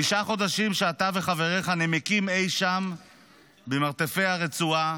תשעה חודשים שאתה וחבריך נמקים אי-שם במרתפי הרצועה,